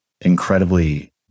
incredibly